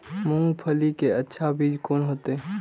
मूंगफली के अच्छा बीज कोन होते?